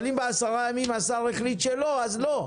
אבל אם בעשרה ימים השר החליט שלא אז לא.